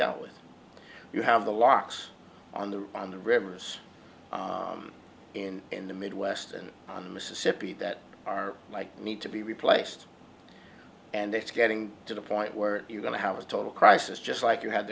dealt with you have the locks on the run the rivers in in the midwest and on the mississippi that are like need to be replaced and it's getting to the point where you're going to have a total crisis just like you had